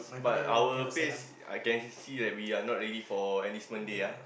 but our face I can see that we are not ready for enlistment day ah